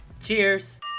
Cheers